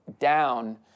down